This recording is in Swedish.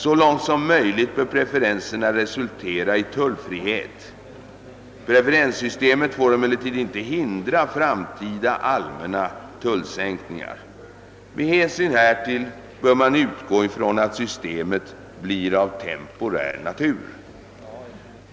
Så långt som möjligt bör preferenserna resultera i tullfrihet. Preferenssystemet får emellertid inte hindra framtida allmänna tullsänkningar. Med hänsyn härtill bör man utgå från att systemet blir av temporär natur.